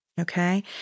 Okay